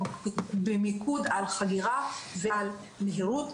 במיקוד על חגירה ועל מהירות,